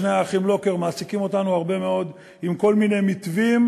שני האחים לוקר מעסיקים אותנו הרבה מאוד עם כל מיני מתווים